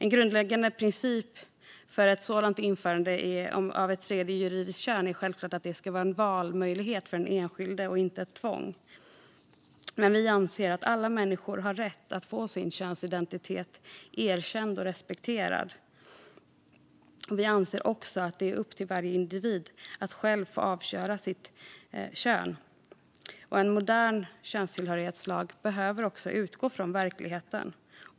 En grundläggande princip för ett införande av ett tredje juridiskt kön är självklart att det ska vara en valmöjlighet för den enskilde och inte ett tvång. Vi anser att alla människor har rätt att få sin könsidentitet erkänd och respekterad. Vi anser också att det är upp till varje individ att själv avgöra sitt kön. En modern könstillhörighetslag behöver utgå från verkligheten.